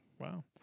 Wow